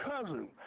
cousin